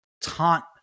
taunt